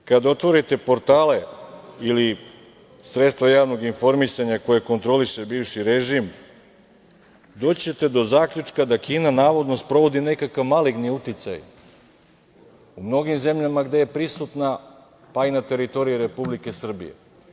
Međutim, kada otvorite portale ili sredstva javnog informisanja, koje kontroliše bivši režim, doći ćete do zaključka da Kina, navodno sprovodi nekakav maligni uticaj u mnogim zemljama gde je prisutna, pa i na teritoriji Republike Srbije.